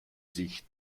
sich